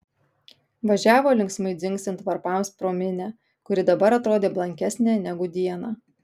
važiavo linksmai dzingsint varpams pro minią kuri dabar atrodė blankesnė negu dieną